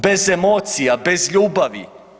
Bez emocija, bez ljubavi.